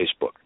facebook